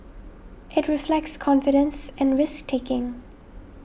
it reflects confidence and risk taking